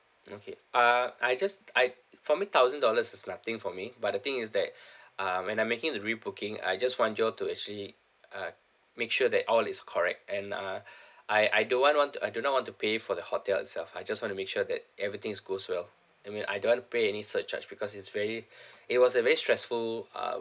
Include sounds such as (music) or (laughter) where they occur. okay uh I just I for me thousand dollars is nothing for me but the thing is that (breath) uh when I'm making the rebooking I just want you all to actually uh make sure that all is correct and uh (breath) I I don't want want I do not want to pay for the hotel itself I just wanna make sure that everything's goes well I mean I don't want to pay any surcharge because it's very (breath) it was a very stressful uh